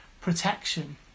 protection